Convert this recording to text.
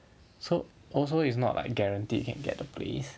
so also is not like guarantee you can get the place